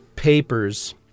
papers